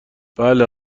بله